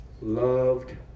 loved